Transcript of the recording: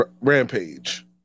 rampage